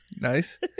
Nice